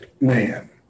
man